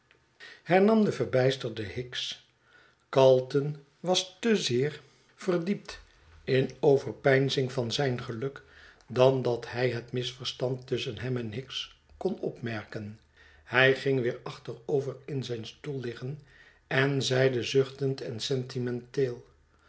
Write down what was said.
hernam de verbijsterde hicks calton was te zeer verhet kostruis diept in overpeinzing van zijn geluk dan dat hij het misverstand tusschen hem en hicks kon opmerken hij ging weer achterover in zijn stoel liggen en zeide zuchtend en sentimenteel